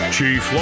Chief